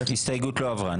ההסתייגות לא עברה.